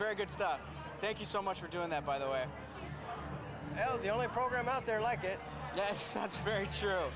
very good stuff thank you so much for doing that by the way l the only program out there like it yes that's very true